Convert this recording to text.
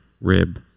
rib